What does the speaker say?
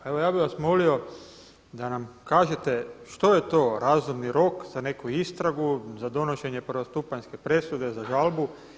Evo, ja bih vas molio da nam kažete što je to razumni rok za neku istragu, za donošenje prvostupanjske presude za žalbu.